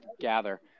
gather